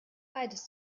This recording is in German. beides